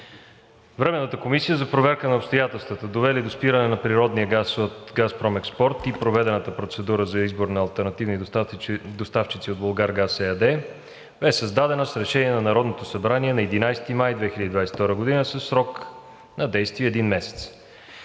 Временната комисия за проверка на обстоятелствата, довели до спиране на природния газ от ООО „Газпром Експорт“ и проведената процедура за избор на алтернативни доставчици от „Булгаргаз“ ЕАД бе създадена с Решение на Народното събрание на 11 май 2022 г. със срок на действие един месец.